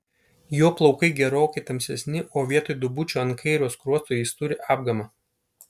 jo plaukai gerokai tamsesni o vietoj duobučių ant kairio skruosto jis turi apgamą